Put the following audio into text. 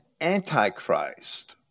antichrist